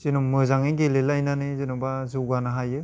जेन' मोजाङै गेलेलायनानै जेन'बा जौगानो हायो